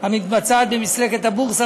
המתבצעת במסלקת הבורסה,